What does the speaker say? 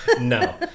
No